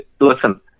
listen